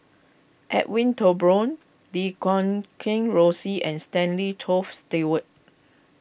Edwin Thumboo Lim Guat Kheng Rosie and Stanley Toft Stewart